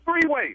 freeway